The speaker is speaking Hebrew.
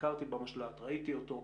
ביקרתי במשל"ט, ראיתי אותו.